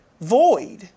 void